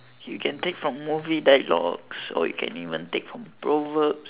you can take from movie dialogues or you can even take more proverbs